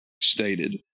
stated